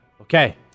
Okay